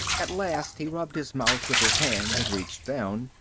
at last he rubbed his mouth with his hand and reached down,